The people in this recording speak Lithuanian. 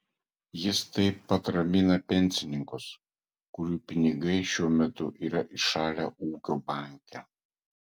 jis taip pat ramina pensininkus kurių pinigai šiuo metu yra įšalę ūkio banke